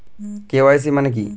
KYC মানে কী?